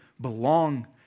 belong